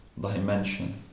dimension